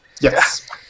Yes